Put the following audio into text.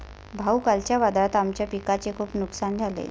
भाऊ, कालच्या वादळात आमच्या पिकाचे खूप नुकसान झाले